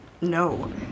no